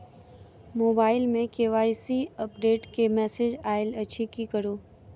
Mobile मे KYC update केँ message आइल अछि की करू?